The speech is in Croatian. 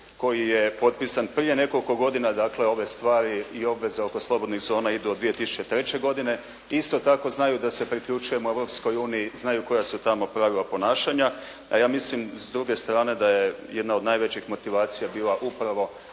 koji je potpisan prije nekoliko godina, dakle ove stvari i obveze oko slobodnih zona idu od 2003. godine i isto tako znaju da se priključujemo Europskoj uniji, znaju koja su tamo pravila ponašanja, a ja mislim s druge strane da je jedna od najvećih motivacija bila upravo